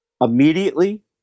immediately